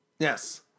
Yes